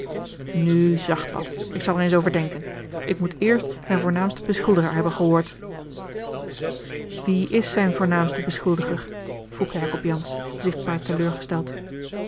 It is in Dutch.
nu zacht wat ik zal er eens over denken ik moet eerst zijn voornaamsten beschuldiger hebben gehoord wie is zijn voornaamste beschuldiger vroeg jacob jansz zichtbaar teleurgesteld